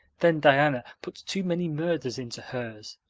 then diana puts too many murders into hers.